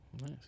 Nice